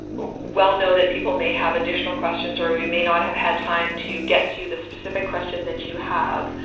well know that people may have additional questions or we may not have had time to get to the specific question that you have.